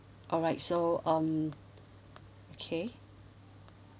alright so um okay